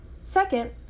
Second